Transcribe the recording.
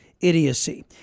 idiocy